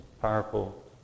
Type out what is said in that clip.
powerful